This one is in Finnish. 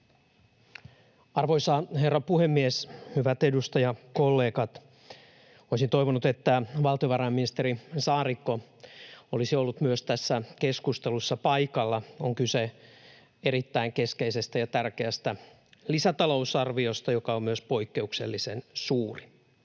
Arvoisa herra puhemies! Hyvät edustajakollegat! Olisin toivonut, että valtiovarainministeri Saarikko olisi myös ollut tässä keskustelussa paikalla. On kyse erittäin keskeisestä ja tärkeästä lisätalousarviosta, joka on myös poikkeuksellisen suuri.